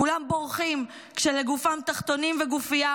כולם בורחים כשלגופם תחתונים וגופייה,